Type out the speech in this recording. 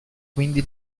quindi